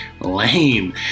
lame